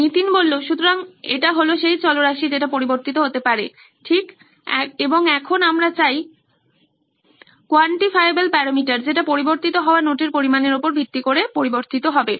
নীতিন সুতরাং এইটা হল সেই চলরাশি যেটা পরিবর্তিত হতে পারে ঠিক এবং এখন আমরা চাই কোয়ান্টিফায়েবেল প্যারামিটার যেটা পরিবর্তিত হওয়া নোট এর পরিমাণের ওপর ভিত্তি করে পরিবর্তিত হবে